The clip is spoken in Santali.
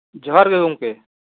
ᱡᱚᱦᱟᱨ ᱜᱮ ᱜᱚᱝᱠᱮ